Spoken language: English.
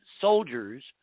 soldiers